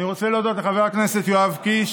אני רוצה להודות לחבר הכנסת יואב קיש